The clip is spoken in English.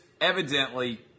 evidently